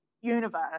universe